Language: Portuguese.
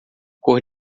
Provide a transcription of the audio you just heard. cor